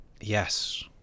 Yes